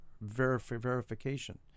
verification